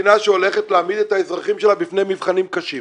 מדינה שהולכת להעמיד את האזרחים שלה בפני מבחנים קשים,